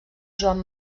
joan